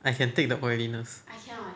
I can take the oiliness